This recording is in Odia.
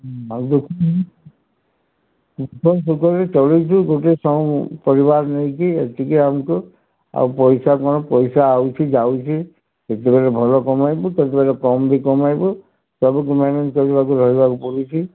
ଆଉ ଦେଖୁଛନ୍ତି ସୁଖ ଦୁଃଖରେ ଚଲେଇଛୁ ଗୋଟେ ସମୟ ପରିବାର ନେଇକି ଏତିକି ଆମକୁ ଆଉ ପଇସା କ'ଣ ପଇସା ଆସୁଛି ଯାଉଛି କେତେବେଳେ ଭଲ କମେଉବୁ କେତେବେଳେ କମ୍ ବି କମେଇବୁ ସବୁକୁ ମ୍ୟାନେଜ୍ କରିବାକୁ ରହିବାକୁ ପଡ଼ୁଛି